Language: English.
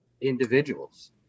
individuals